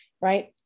right